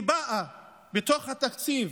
היא באה בתוך התקציב,